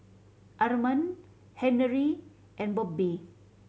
Armand Henery and Bobbie